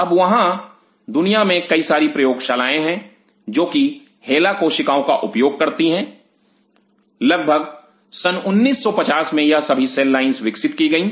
अब वहां दुनिया में कई सारी प्रयोगशालाएं हैं जो कि 'हेला' कोशिकाओं 'HeLa' cells का उपयोग करती हैं लगभग सन 1950 में यह सभी सेल लाइंस विकसित की गई